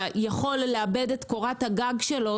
ויכול לאבד את קורת הגג שלו,